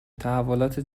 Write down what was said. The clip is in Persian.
تحولات